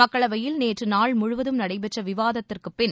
மக்களவையில் நேற்று நாள் முழுவதும் நடைபெற்ற விவாதத்திற்குபின்